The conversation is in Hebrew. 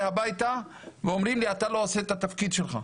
הביתה ואומרים לי אתה לא עושה את התפקיד שלך,